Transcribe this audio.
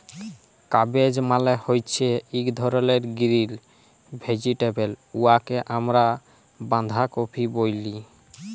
cabbage মালে হছে ইক ধরলের গিরিল ভেজিটেবল উয়াকে আমরা বাঁধাকফি ব্যলি